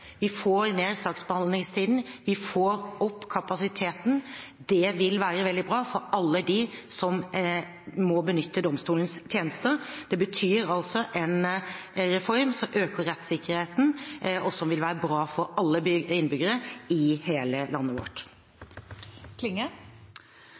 Vi får ned saksbehandlingstiden, vi får opp kapasiteten. Det vil være veldig bra for alle dem som må benytte domstolenes tjenester. Det betyr en reform som øker rettssikkerheten, og som vil være bra for alle innbyggere i hele landet vårt.